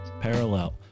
Parallel